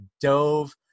dove